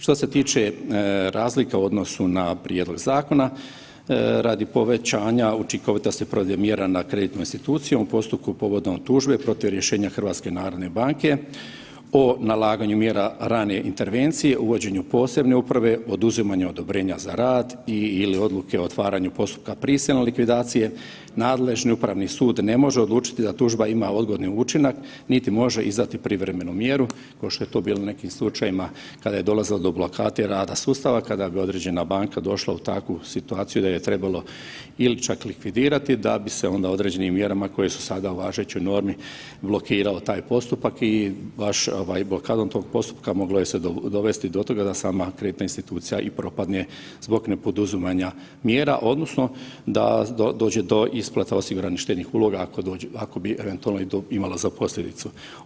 Što se tiče razlika u odnosu na prijedlog zakona radi povećanja učinkovitosti provedbe mjera na kreditnu instituciju u postupku povodom tužbe protiv rješenja HNB-a o nalaganju mjera rane intervencije, uvođenju posebne uprave, oduzimanju odobrenja za rad i/ili odluke o otvaranju postupka prisilne likvidacije, nadležni upravni sud ne može odlučiti da tužba ima odgodni učinak niti može izdati privremenu mjeru ko što je to bilo u nekim slučajevima kada je dolazilo do blokade rada sustava kada bi određena banka došla u takvu situaciju da ju je trebalo ili čak likvidirati da bi se onda određenim mjerama koje su sada u važećoj normi blokirao taj postupak i baš ovaj blokadom tog postupka moglo je se dovesti do toga da sama kreditna institucija i propadne zbog nepoduzimanja mjera odnosno da dođe do isplata osiguranih štednih uloga ako bi eventualno i to imalo za posljedicu.